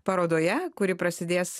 parodoje kuri prasidės